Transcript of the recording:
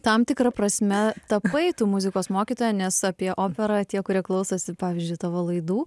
tam tikra prasme tapai tu muzikos mokytoja nes apie operą tie kurie klausosi pavyzdžiui tavo laidų